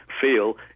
feel